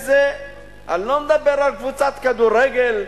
אני לא מדבר על קבוצת כדורגל,